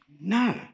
No